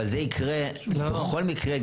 אבל זה יקרה בכל מקרה,